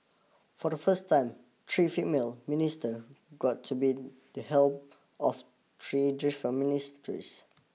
for the first time three female minister got to be the helm of three different ministries